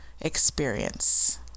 experience